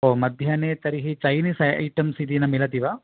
ओ मध्याह्ने तर्हि Chinese items इति न मिलति वा